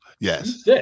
Yes